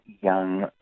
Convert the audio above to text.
young